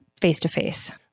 face-to-face